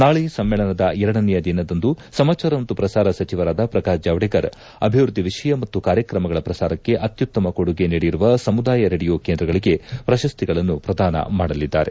ನಾಳೆ ಸಮ್ಮೇಳನದ ಎರಡನೆಯ ದಿನದಂದು ಸಮಾಚಾರ ಮತ್ತು ಪ್ರಸಾರ ಸಚಿವರಾದ ಪ್ರಕಾಶ್ ಜಾವಡೇಕರ್ ಅಭಿವೃದ್ದಿ ವಿಷಯ ಮತ್ತು ಕಾರ್ಯಕ್ರಮಗಳ ಪ್ರಸಾರಕ್ಷೆ ಅತ್ಯುತ್ತಮ ಕೊಡುಗೆ ನೀಡಿರುವ ಸಮುದಾಯ ಕೇಡಿಯೋ ಕೇಂದ್ರಗಳಗೆ ಪ್ರಶಸ್ತಿಗಳನ್ನು ಪ್ರದಾನ ಮಾಡಲಿದ್ದಾರೆ